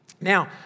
Now